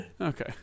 Okay